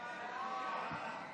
ההצעה להעביר